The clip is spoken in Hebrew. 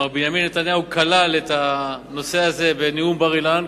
מר בנימין נתניהו כלל את הנושא הזה בנאום בר-אילן.